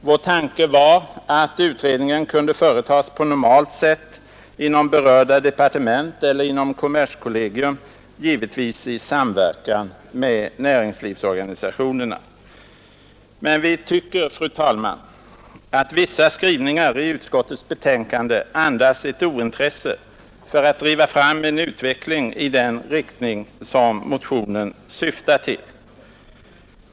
Vår tanke var att utredningen kunde företas på normalt sätt inom berörda departement eller inom kommerskollegium, givetvis i samverkan med näringslivsorganisationerna. Men vi tycker, fru talman, att vissa skrivningar i utskottets betänkande andas ett ointresse för att driva fram den utveckling motionen åsyftar.